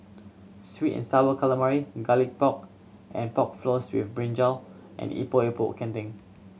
sweet and Sour Calamari Garlic Pork and Pork Floss with brinjal and Epok Epok Kentang